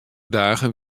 dagen